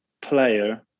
player